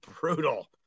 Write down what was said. brutal